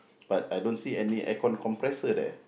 but I don't see any aircon compressor there